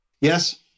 Yes